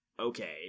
okay